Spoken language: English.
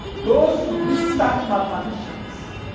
those research mathematicians